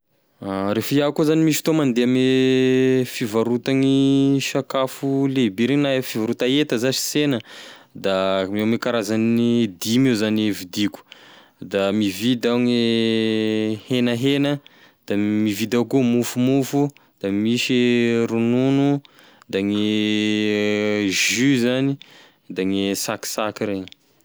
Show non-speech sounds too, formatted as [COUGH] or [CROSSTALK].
[HESITATION] Refa iaho koa zany misy fotoa mande ame fivarotany sakafo lehibe reny na e fivaronta enta zash sena, da eo ame karazany dimy eo zany e vidiko da mividy iaho gne henahena, da mividy iaho koa mofomofo da misy e ronono da gne [HESITATION] jus zany da misy gne sakisaky regny.